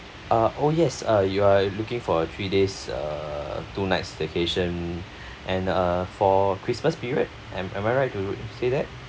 uh oh yes uh you are looking for a three days uh two nights vacation and uh for christmas period am am I right to say that